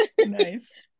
Nice